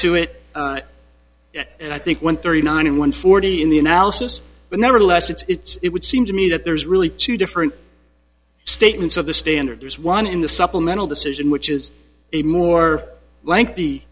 to it and i think one thirty nine and one forty in the analysis but nevertheless it's it would seem to me that there's really two different statements of the standard there's one in the supplemental decision which is a more